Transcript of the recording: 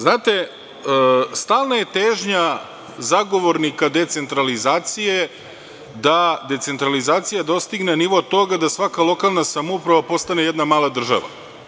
Znate, stalna je težnja zagovornika decentralizacije da decentralizacija dostigne nivo toga da svaka lokalna samouprava postane jedna mala država.